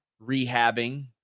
rehabbing